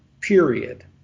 period